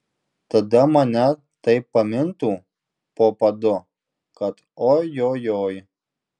tada mane taip pamintų po padu kad ojojoi